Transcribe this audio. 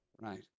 Right